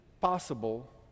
possible